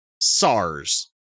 SARS